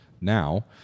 now